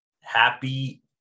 happy